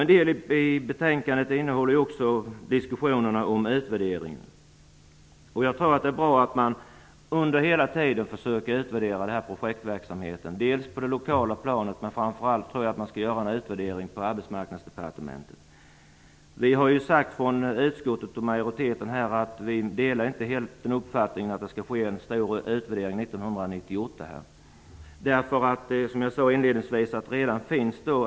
En del i betänkandet innehåller också en diskussion om utvärdering. Jag tror att det är bra om man hela tiden försöker utvärdera projektverksamheten på det lokala planet, men framför allt på Arbetsmarknadsdepartementet. Från utskottet och majoriteten har vi sagt att vi inte helt delar uppfattningen att det skall göras en stor utvärdering 1998.